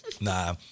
Nah